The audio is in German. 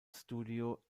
studio